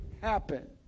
happen